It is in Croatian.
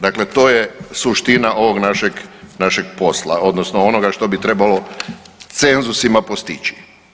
Dakle, to je suština ovog našeg posla odnosno onoga što bi trebalo cenzusima postići.